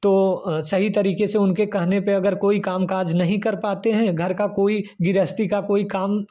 तो सही तरीके से उनके कहने पर अगर कोई कामकाज नहीं कर पाते हैं घर का कोई गृहस्ती का कोई काम